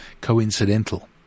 coincidental